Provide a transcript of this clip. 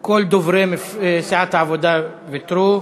כל דוברי סיעת העבודה ויתרו.